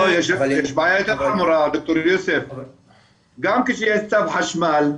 יש בעיה יותר חמורה, ד"ר יוסף, גם כשיש צו חשמל,